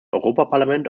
europaparlament